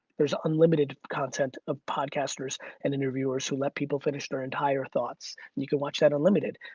there's unlimited content of podcasters and interviewers who let people finish their entire thoughts. and you can watch that unlimited.